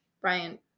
Brian